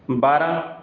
بارہ